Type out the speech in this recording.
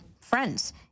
Friends